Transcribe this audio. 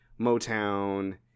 Motown